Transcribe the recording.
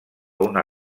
una